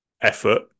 effort